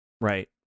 Right